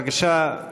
בבקשה,